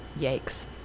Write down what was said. Yikes